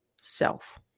self